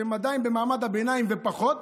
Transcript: שהם עדיין במעמד הביניים ופחות,